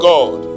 God